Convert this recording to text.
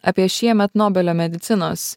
apie šiemet nobelio medicinos